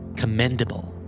commendable